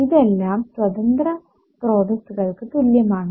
ഇതെല്ലാം സ്വതന്ത്ര സ്രോതസ്സുകൾക്ക് തുല്യമാണ്